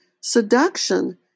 Seduction